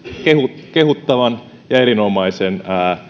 kehuttavan ja erinomaisen